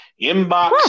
inbox